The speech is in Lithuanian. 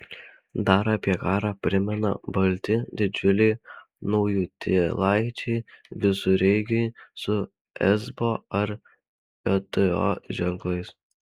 dar apie karą primena balti didžiuliai naujutėlaičiai visureigiai su esbo ar jto ženklais